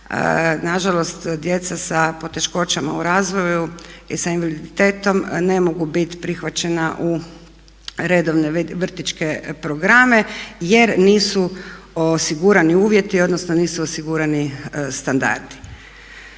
nažalost djeca sa poteškoćama u razvoju i sa invaliditetom ne mogu biti prihvaćena u redovne vrtićke programe jer nisu osigurani uvjeti, odnosno nisu osigurani standardi.